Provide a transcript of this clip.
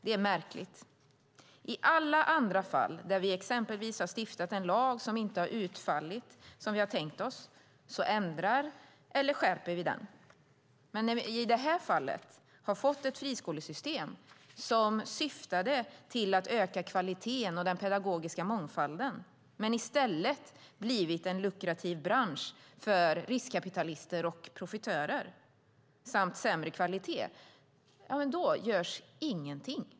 Det är märkligt. I alla andra fall där vi exempelvis har stiftat en lag som inte har utfallit som vi tänkt oss ändrar eller skärper vi den. Men när vi i det här fallet har fått ett friskolesystem som syftade till att öka kvaliteten och den pedagogiska mångfalden men i stället blivit en lukrativ bransch för riskkapitalister och profitörer samt sämre kvalitet görs ingenting.